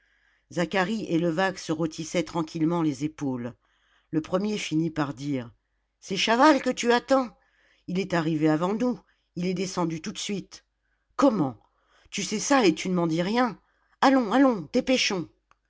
et levaque se rôtissaient tranquillement les épaules le premier finit par dire c'est chaval que tu attends il est arrivé avant nous il est descendu tout de suite comment tu sais ça et tu ne m'en dis rien allons allons dépêchons